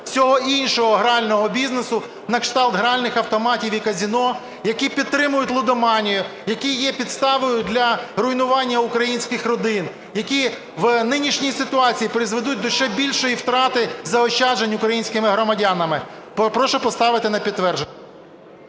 всього іншого грального бізнесу, на кшталт гральних автоматів і казино, які підтримують лудоманію, які є підставою для руйнування українських родин, які в нинішній ситуації призведуть до ще більшої втрати заощаджень українськими громадянами. Прошу поставити на підтвердження.